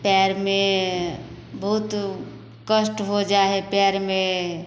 पाएरमे बहुत कष्ट हो जाइ हइ पाएरमे